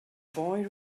boy